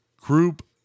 group